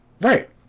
right